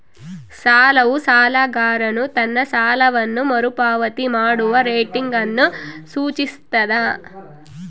ಸಾಲವು ಸಾಲಗಾರನು ತನ್ನ ಸಾಲವನ್ನು ಮರುಪಾವತಿ ಮಾಡುವ ರೇಟಿಂಗ್ ಅನ್ನು ಸೂಚಿಸ್ತದ